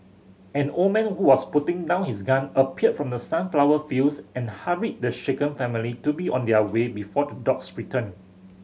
an old man who was putting down his gun appeared from the sunflower fields and hurried the shaken family to be on their way before the dogs return